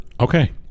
Okay